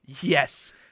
Yes